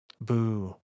Boo